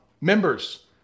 members